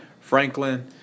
Franklin